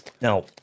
Now